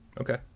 Okay